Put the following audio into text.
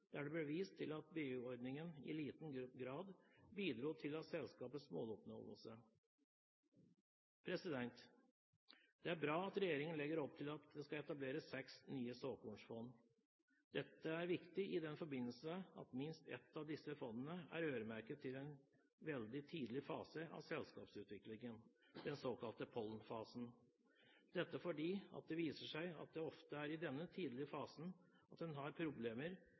der det ble vist til at BU-ordningen i liten grad bidro til selskapets måloppnåelse. Det er bra at regjeringen legger opp til at det skal etableres seks nye såkornfond. Dette er viktig i den forstand at minst ett av disse fondene er øremerket en veldig tidlig fase av selskapsutviklingen – den såkalte pollenfasen – og det viser seg at det ofte er i denne tidlige fasen en har problemer